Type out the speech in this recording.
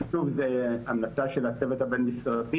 שוב, זו המלצה של הצוות הבין משרדי.